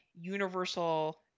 universal